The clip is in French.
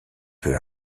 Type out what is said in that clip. peu